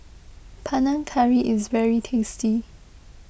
Panang Curry is very tasty